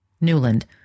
Newland